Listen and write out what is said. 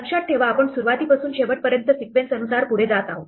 लक्षात ठेवा आम्ही सुरुवातीपासून शेवटपर्यंत सिक्वेन्स अनुसार जात आहोत